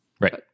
Right